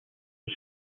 was